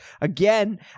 Again